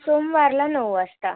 सोमवारला नऊ वाजता